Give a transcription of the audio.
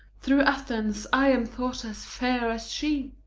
through athens i am thought as fair as she.